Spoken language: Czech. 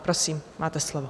Prosím máte slovo.